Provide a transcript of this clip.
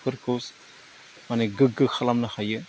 फोरखौ माने गोग्गो खालामनो हायो